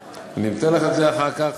לא, אני אתן לך את זה אחר כך.